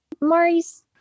Maurice